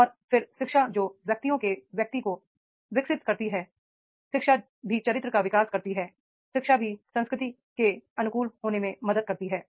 और फिर शिक्षा जो व्यक्तियों के व्यक्ति को विकसित करती है शिक्षा भी चरित्र का विकास करती है शिक्षा भी संस्कृति के अनुकूल होने में मदद करती है